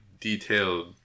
detailed